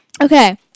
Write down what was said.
Okay